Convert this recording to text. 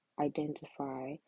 identify